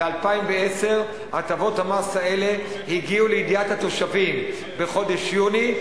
ב-2010 הטבות המס האלה הגיעו לידיעת התושבים בחודש יוני,